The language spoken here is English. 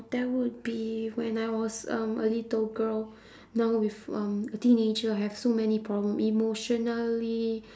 that would be when I was um a little girl now with um a teenager I have so many problem emotionally